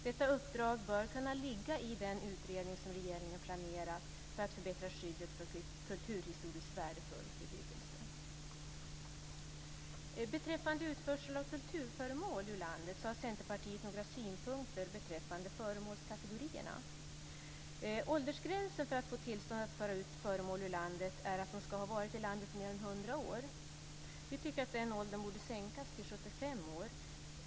Detta uppdrag bör kunna ligga i den utredning som regeringen planerat för att förbättra skyddet för kulturhistoriskt värdefull bebyggelse. När det gäller utförsel av kulturföremål ur landet har Centerpartiet några synpunkter beträffande föremålskategorierna. Åldersgränsen för att få tillstånd att föra ut föremål ur landet att är föremålet ska ha varit i landet i mer än 100 år. Vi tycker att den åldern borde sänkas till 75 år.